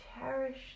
cherish